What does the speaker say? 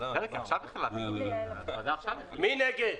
מי נגד?